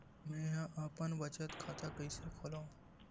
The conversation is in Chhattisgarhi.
मेंहा अपन बचत खाता कइसे खोलव?